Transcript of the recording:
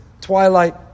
twilight